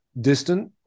distant